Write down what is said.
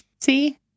see